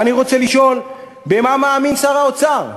ואני רוצה לשאול, במה מאמין שר האוצר?